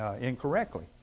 incorrectly